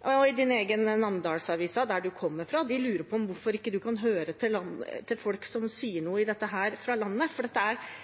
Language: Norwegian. I kulturministerens egen avis, Namdalsavisa, der hun kommer fra, lurer de på hvorfor hun ikke kan høre på folk fra landet som sier noe om dette, for dette